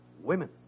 Women